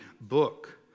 book